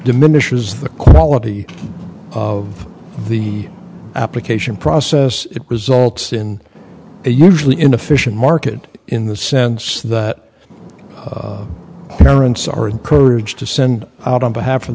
diminishes the quality of the application process it results in a usually inefficient market in the sense that parents are encouraged to send out on behalf of